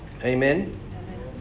Amen